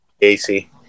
Casey